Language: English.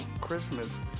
Christmas